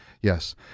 Yes